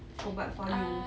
ubat for you